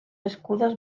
escudos